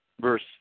verse